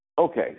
Okay